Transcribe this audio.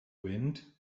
wind